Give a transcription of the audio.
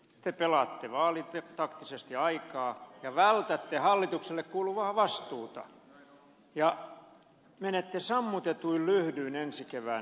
te pelaatte vaalitaktisesti aikaa ja vältätte hallitukselle kuuluvaa vastuuta ja menette sammutetuin lyhdyin ensi kevään eduskuntavaaleihin